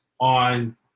on